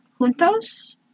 Juntos